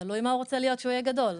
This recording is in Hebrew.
תלוי מה הוא רוצה להיות כשהוא יהיה גדול.